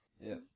Yes